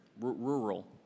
Rural